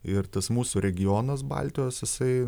ir tas mūsų regionas baltijos jisai